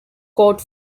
caught